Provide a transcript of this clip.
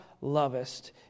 lovest